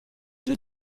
did